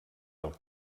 del